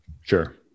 Sure